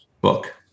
book